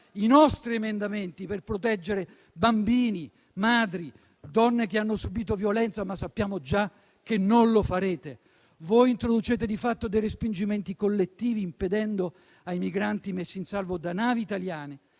i nostri emendamenti per proteggere bambini, madri, donne che hanno subito violenza. Sappiamo già però che non lo farete. Voi introducete di fatto dei respingimenti collettivi, impedendo ai migranti messi in salvo da navi italiane,